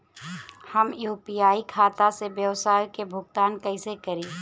हम यू.पी.आई खाता से व्यावसाय के भुगतान कइसे करि?